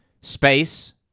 Space